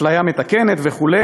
אפליה מתקנת וכו',